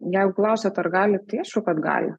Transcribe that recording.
jeigu klausiat ar gali tai aišku kad gali